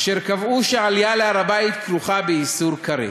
אשר קבעו שעלייה להר-הבית כרוכה באיסור כרת.